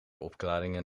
opklaringen